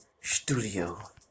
studio